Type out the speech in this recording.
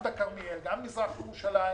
בכרמיאל, במזרח ירושלים,